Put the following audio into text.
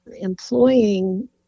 employing